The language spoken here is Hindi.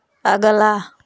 अगला